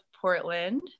Portland